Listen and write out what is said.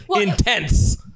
intense